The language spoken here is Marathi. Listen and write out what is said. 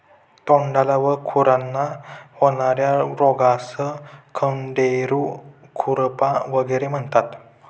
तोंडाला व खुरांना होणार्या रोगास खंडेरू, खुरपा वगैरे म्हणतात